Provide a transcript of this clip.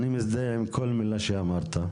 אני מזדהה עם כל מילה שאמרת.